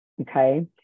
Okay